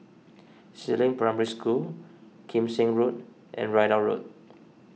Si Ling Primary School Kim Seng Road and Ridout Road